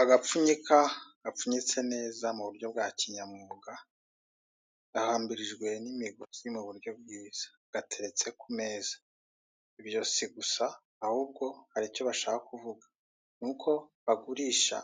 Agapfunyika gapfunyitse neza mu buryo bwa kinyamwuga gahambirijwe n'imigozi mu buryo bwiza gateretse ku meza, ibyo si gusa ahubwo hari icyo bashaka kuvuga ni uko bagurisha